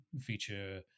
feature